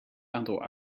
aantal